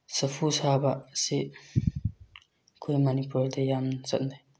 ꯆꯐꯨ ꯁꯥꯕꯁꯤ ꯑꯩꯈꯣꯏ ꯃꯅꯤꯄꯨꯔꯗꯤ ꯌꯥꯝ ꯆꯠꯅꯩ